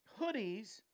hoodies